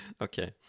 Okay